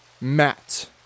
matt